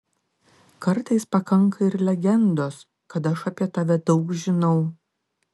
kartais pakanka ir legendos kad aš apie tave daug žinau